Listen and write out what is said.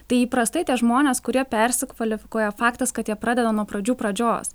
tai įprastai tie žmonės kurie persikvalifikuoja faktas kad jie pradeda nuo pradžių pradžios